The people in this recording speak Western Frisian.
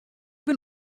bin